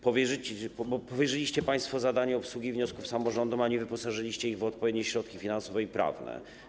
Powierzyliście państwo zadanie obsługi wniosków samorządom, a nie wyposażyliście ich w odpowiednie środki finansowe i prawne.